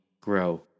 grow